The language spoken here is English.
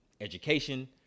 education